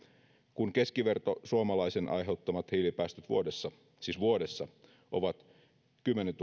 kun keskivertosuomalaisen aiheuttamat hiilipäästöt vuodessa siis vuodessa ovat kymmenen